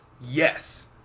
yes